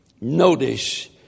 Notice